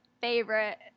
favorite